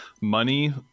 money